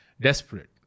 desperate